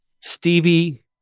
Stevie